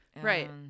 Right